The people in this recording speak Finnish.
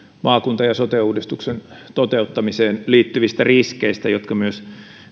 maakunta ja sote uudistuksen toteuttamiseen liittyvistä riskeistä jotka myös